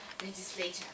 legislature